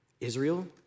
Israel